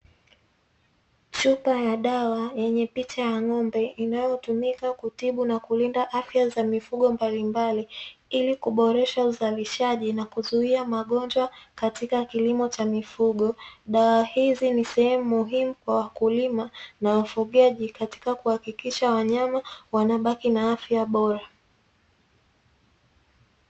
Chupa ya dawa yenye picha ya ng'ombe, inayotumika kutibu na kulinda afya za mifugo mbalimbali ili kuboresha uzalishaji na kuzuia magonjwa katika kilimo cha mifugo. Dawa hizi ni sehemu muhimu kwa wakulima na wafugaji katika kuhakikisha wanyama wanabaki na afya bora.